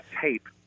tape